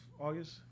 August